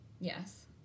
Yes